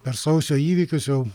per sausio įvykius jau